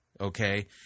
Okay